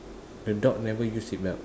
the dog never use seatbelt